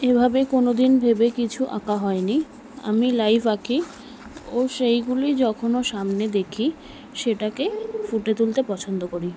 এভাবে কোনো দিন ভেবে কিছু আঁকা হয়নি আমি লাইভ আঁকি ও সেইগুলি যখনও সামনে দেখি সেটাকে ফুটিয়ে তুলতে পছন্দ করি